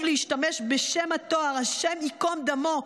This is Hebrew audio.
להשתמש בשם התואר "השם יקום דמו".